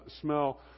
smell